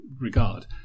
regard